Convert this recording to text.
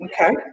Okay